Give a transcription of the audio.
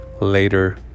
later